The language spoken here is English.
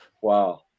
Wow